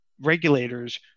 regulators